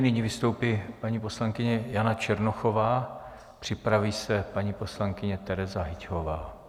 Nyní vystoupí paní poslankyně Jana Černochová, připraví se paní poslankyně Tereza Hyťhová.